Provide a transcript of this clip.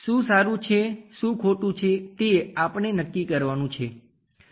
શું સારું છે શું ખોટું છે તે આપણે નક્કી કરવાનું છે